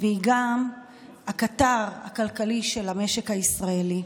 והיא גם הקטר הכלכלי של המשק הישראלי.